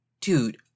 Dude